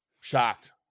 Shocked